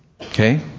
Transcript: okay